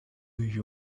you